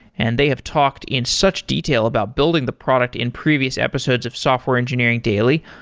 and they have talked in such detail about building the product in previous episodes of software engineering daily.